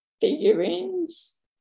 figurines